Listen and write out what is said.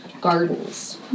gardens